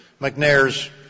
McNair's